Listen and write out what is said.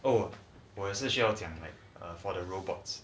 oh 我是需要讲 like for the robots